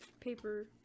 Paper